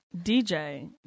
DJ